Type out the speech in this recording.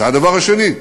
זה הדבר השני.